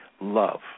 love